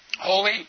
Holy